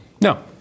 No